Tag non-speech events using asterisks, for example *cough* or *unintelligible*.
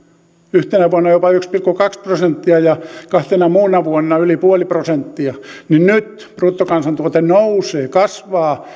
yhtenä vuonna jopa yksi pilkku kaksi prosenttia ja kahtena muuna vuonna yli nolla pilkku viisi prosenttia niin nyt bruttokansantuote kasvaa *unintelligible*